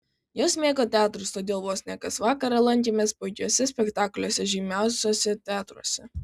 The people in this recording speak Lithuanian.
jos mėgo teatrus todėl vos ne kas vakarą lankėmės puikiuose spektakliuose žymiausiuose teatruose